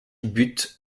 butte